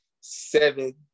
Seven